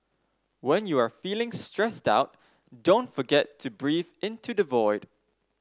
when you are feeling stressed out don't forget to breathe into the void